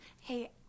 Hey